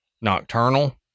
nocturnal